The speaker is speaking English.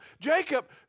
Jacob